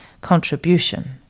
contribution